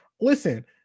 Listen